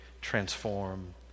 transform